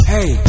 Hey